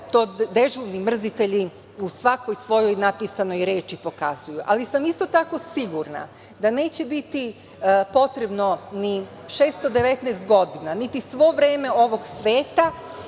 to dežurni mrzitelji u svakoj svojoj napisanoj reči pokazuju. Ali sam isto tako sigurna da neće biti potrebno ni 619 godina, niti svo vreme ovog sveta,